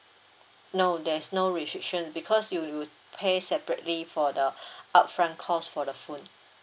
no there's no restriction because you you pay separately for the upfront cost for the phone